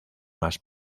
más